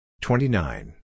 twenty-nine